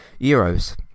Euros